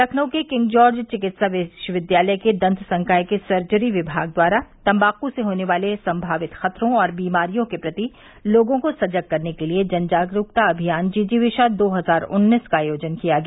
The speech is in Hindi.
लखनऊ के किंग जार्ज चिकित्सा विश्वविद्यालय के दंत संकाय के सर्जरी विभाग द्वारा तम्बाकू से होने वाले संभावित खतरों और बीमारियों के प्रति लोगों को सजग करने के लिये जन जागरूकता अभियान जिजीविषा दो हजार उन्नीस का आयोजन किया गया